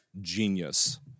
genius